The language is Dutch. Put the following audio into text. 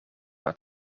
haar